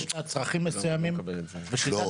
יש לה צרכים מסוימים ויש --- לא,